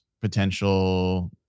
potential